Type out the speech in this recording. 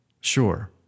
sure